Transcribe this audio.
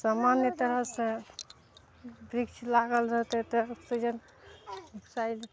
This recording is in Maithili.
सामान्य तरहसँ वृक्ष लागल रहतय तऽ ऑक्सीजन साइत